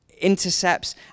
intercepts